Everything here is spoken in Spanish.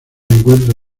encuentra